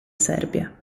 serbia